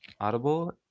Audible